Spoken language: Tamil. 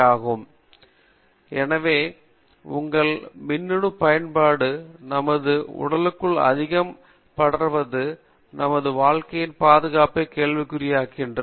காமகோடி எனவே உங்கள் மின்னணு பயன்பாடு நமது உடலுக்குள் அதிகம் படர்வது நமது வாழ்க்கையின் பாதுகாப்பை கேள்விக்குறி ஆக்குகிறது